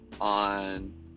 on